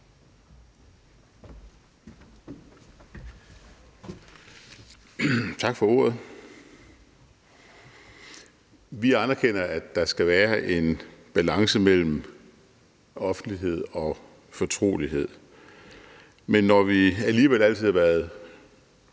Tak for ordet. Vi anerkender, at der skal være en balance mellem offentlighed og fortrolighed, men når vi alligevel hele tiden har været